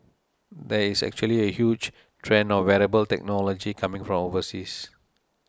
there is actually a huge trend of wearable technology coming from overseas